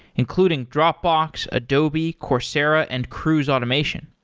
including dropbox, adobe, coursera and cruise automation.